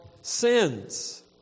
sins